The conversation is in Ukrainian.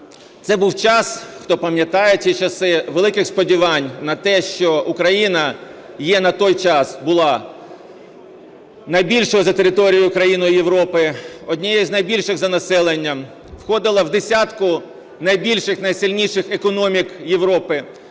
Це був час, хто пам'ятає ті часи, великих сподівань на те, що Україна є, на той час була найбільшою за територію України Європи, однією з найбільших за населенням, входила в десятку найбільших, найсильніших економік Європи.